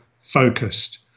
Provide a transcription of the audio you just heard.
focused